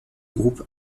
groupe